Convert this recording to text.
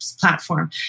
platform